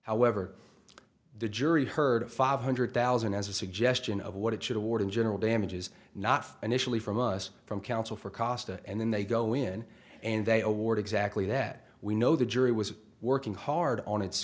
however the jury heard five hundred thousand as a suggestion of what it should award in general damages not initially from us from counsel for cost and then they go in and they award exactly that we know the jury was working hard on its